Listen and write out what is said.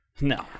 No